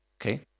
Okay